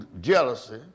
jealousy